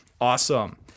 Awesome